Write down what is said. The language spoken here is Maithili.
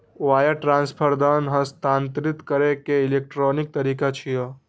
वायर ट्रांसफर धन हस्तांतरित करै के इलेक्ट्रॉनिक तरीका छियै